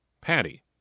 Patty